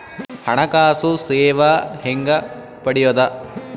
ಹಣಕಾಸು ಸೇವಾ ಹೆಂಗ ಪಡಿಯೊದ?